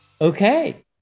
Okay